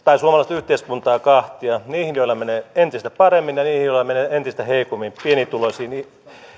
yhteiskuntaa kahtia niihin joilla menee entistä paremmin ja niihin joilla menee entistä heikommin pienituloisiin